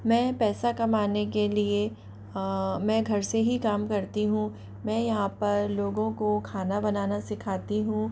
मैं पैसा कमाने के लिए मैं घर से ही काम करती हूँ मैं यहाँ पर लोगों को खाना बनाना सिखाती हूँ